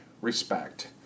respect